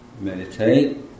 meditate